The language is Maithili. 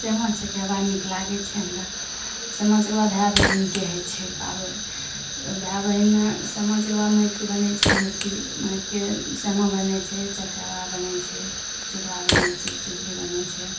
सामा चकेबा नीक लागे छै हमरा सामा चकेबा भाय बहिनके होइ छै पाबनि भाय बहिनमे सामा चकेबा माटिके बनै छै मूर्ति माटिके सामा बनै छै चकेबा बनै छै चुगला बनै छै चुगली बनै छै